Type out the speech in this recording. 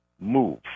move